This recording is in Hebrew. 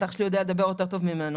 אח שלי יודע לדבר יותר טוב ממנו.